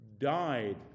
died